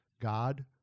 God